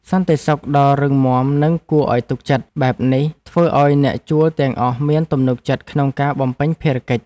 សន្តិសុខដ៏រឹងមាំនិងគួរឱ្យទុកចិត្តបែបនេះធ្វើឱ្យអ្នកជួលទាំងអស់មានទំនុកចិត្តក្នុងការបំពេញភារកិច្ច។